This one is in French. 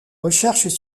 recherches